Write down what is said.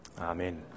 Amen